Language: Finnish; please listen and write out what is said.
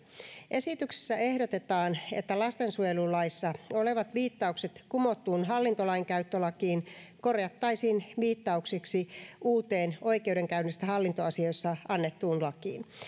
esityksessä ehdotetaan että lastensuojelulaissa olevat viittaukset kumottuun hallintolainkäyttölakiin korjattaisiin viittauksiksi uuteen oikeudenkäynnistä hallintoasioissa annettuun lakiin